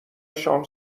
شام